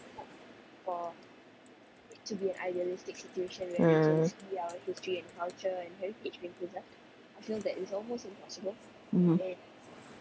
mm mm